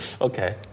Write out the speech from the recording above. Okay